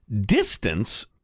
distance